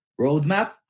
roadmap